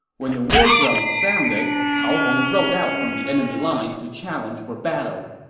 when the war drums sounded, cao hong rode out from the enemy lines to challenge for battle.